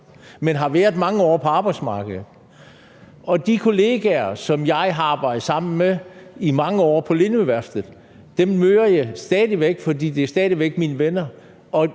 Man har været mange år på arbejdsmarkedet, og de kollegaer, som jeg har arbejdet sammen med i mange år på Lindøværftet, møder jeg stadig væk, fordi de stadig væk er mine venner.